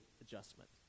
adjustment